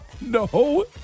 No